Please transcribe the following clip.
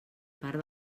part